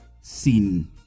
Seen